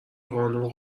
قانون